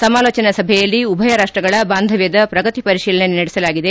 ಸಮಾಲೋಜನಾ ಸಭೆಯಲ್ಲಿ ಉಭಯ ರಾಷ್ಟಗಳ ಬಾಂಧವ್ಕದ ಪ್ರಗತಿ ಪರಿಶೀಲನೆ ನಡೆಸಲಾಗಿದೆ